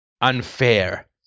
unfair